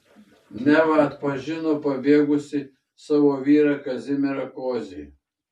neva atpažino pabėgusį savo vyrą kazimierą kozį